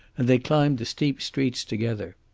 and they climbed the steep streets together.